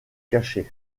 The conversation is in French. cachées